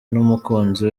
n’umukunzi